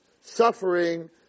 suffering